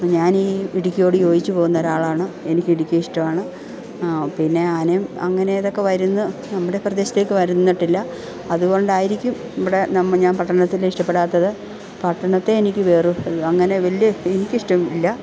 ഞാൻ ഈ ഇടുക്കിയോട് യോജിച്ചു പോകുന്ന ഒരാളാണ് എനിക്ക് ഇടുക്കിയെ ഇഷ്ട്ടമാണ് പിന്നെ ആനയും അങ്ങനെ അതൊക്കെ വരുന്നു നമ്മുടെ പ്രദേശത്തേക്ക് വന്നിട്ടില്ല അതുകൊണ്ടായിരിക്കും ഇവിടെ ഞാൻ പട്ടണത്തിൽ ഇഷ്ടപ്പെടാത്തത് പട്ടണത്തെ എനിക്ക് വെറും അങ്ങനെ വലിയത് എനിക്ക് ഇഷ്ടം ഇല്ല